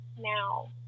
now